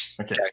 Okay